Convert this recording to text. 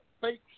fake